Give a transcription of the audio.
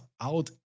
out